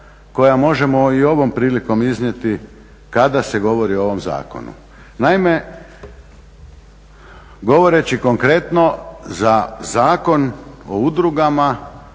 koja možemo i ovom prilikom iznijeti kada se govori o ovom zakonu. Naime, govoreći konkretno za Zakon o udrugama